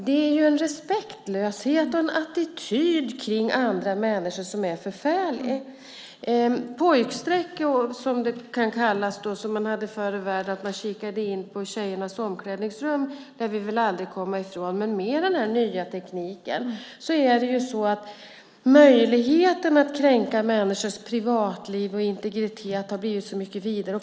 Det är ju en respektlöshet och en attityd gentemot andra människor som är förfärlig. Pojkstreck, som det kan kallas när pojkarna förr i världen kikade in i tjejernas omklädningsrum, lär vi väl aldrig komma ifrån, men med den nya tekniken har ju möjligheten att kränka människors privatliv och integritet blivit så mycket vidare.